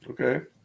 okay